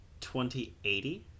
2080